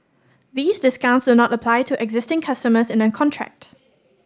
these discounts do not apply to existing customers in a contract